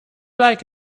like